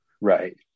Right